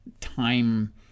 Time